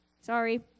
Sorry